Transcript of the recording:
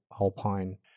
Alpine